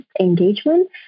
engagement